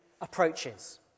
approaches